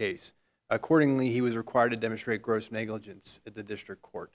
case accordingly he was required to demonstrate gross negligence at the district court